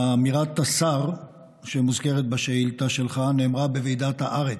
אמירת השר שמוזכרת בשאילתה שלך נאמרה בוועידת הארץ,